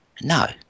No